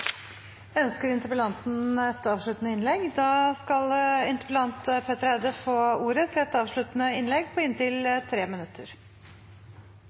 Ønsker interpellanten et avsluttende innlegg? – Da skal interpellanten, Petter Eide, få ordet til et avsluttende innlegg, på inntil 3 minutter.